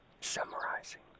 summarizing